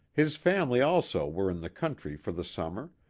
his family also were in the country for the summer,